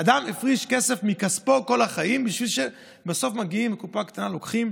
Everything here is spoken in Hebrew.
אדם הפריש כסף מכספו כל החיים בשביל שבסוף יגיעו לקופה קטנה וייקחו?